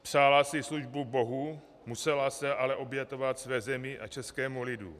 Přála si službu Bohu, musela se ale obětovat své zemi a českému lidu.